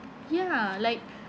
ya like